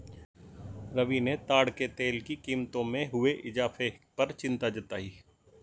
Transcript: रवि ने ताड़ के तेल की कीमतों में हुए इजाफे पर चिंता जताई